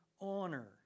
honor